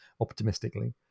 optimistically